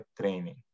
training